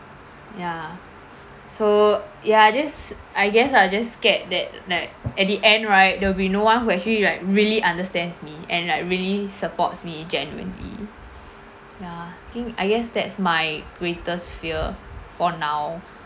ya so ya I just I guess I'm just scared that like at the end right there will be no one who actually like really understands me and like really supports me genuinely ya think I guess that's my greatest fear for now